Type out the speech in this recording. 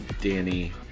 Danny